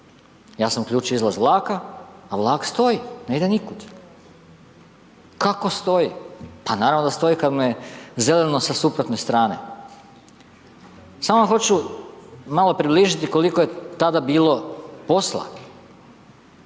Ja sam uključio izlaz vlaka a vlak stoji, ne ide nikud. Kako stoji? Pa naravno da stoji kad mu je zeleno sa suprotne strane. Samo vam hoću malo približiti koliko je tada bilo posla.